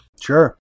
Sure